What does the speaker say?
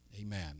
amen